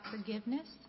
forgiveness